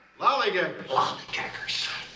Lollygaggers